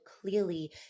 clearly